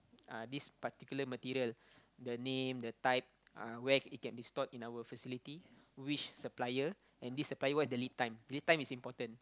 uh this particular material the name the type uh where it can be stored in our facility which supplier and this supplier what is the lead time lead time is important